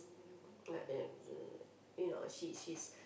like as in you know she she's